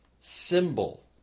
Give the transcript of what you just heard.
symbol